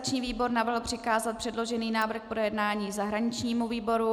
Organizační výbor navrhl přikázat předložený návrh k projednání zahraničnímu výboru.